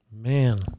Man